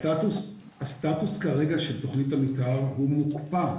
הסטטוס כרגע של תוכנית המתאר הוא מוקפא,